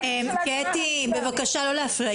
קטי, בבקשה לא להפריע.